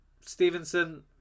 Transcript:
Stevenson